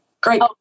great